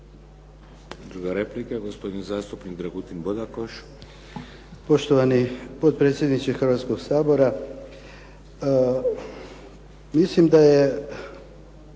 Druga replika, gospodin zastupnik Dragutin Bodakoš.